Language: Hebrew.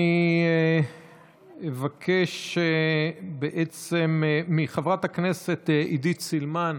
אני מבקש מחברת הכנסת עידית סילמן,